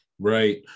Right